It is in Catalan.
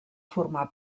formar